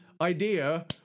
idea